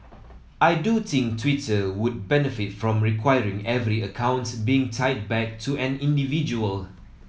I do think Twitter would benefit from requiring every account being tied back to an individual